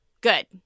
good